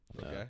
Okay